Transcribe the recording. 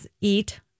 eat